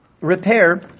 repair